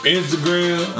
Instagram